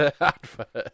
advert